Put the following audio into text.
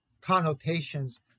connotations